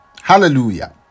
Hallelujah